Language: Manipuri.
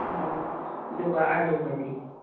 ꯑꯣ ꯑꯗꯨꯒ ꯑꯥꯂꯨꯒꯗꯤ